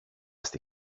στη